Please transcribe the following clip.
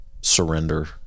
surrender